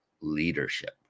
leadership